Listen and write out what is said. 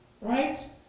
right